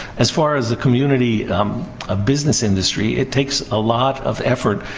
as far as the community um ah business industry, it takes a lot of effort,